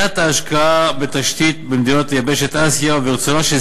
תת-ההשקעה בתשתית במדינות יבשת אסיה ורצונה של